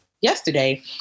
yesterday